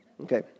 Okay